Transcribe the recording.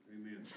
Amen